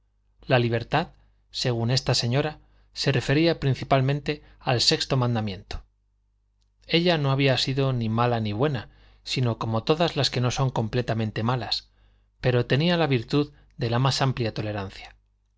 la libertad según esta señora se refería principalmente al sexto mandamiento ella no había sido ni mala ni buena sino como todas las que no son completamente malas pero tenía la virtud de la más amplia tolerancia